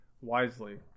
wisely